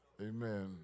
Amen